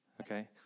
Okay